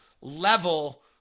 level